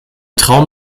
traum